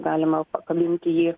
galima pakabinti jį